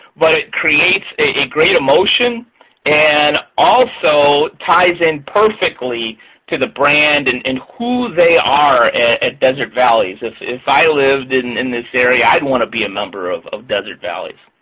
but it creates a great emotion and also ties in perfectly to the brand and and who they are at desert valleys. if i lived in in this area, i'd want to be a member of of desert valleys.